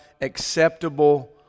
acceptable